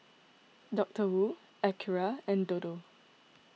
Doctor Wu Acura and Dodo